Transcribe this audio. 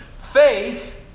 faith